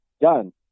done